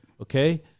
Okay